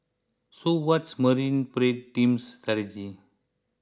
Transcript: so what's Marine Parade team's strategy